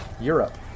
Europe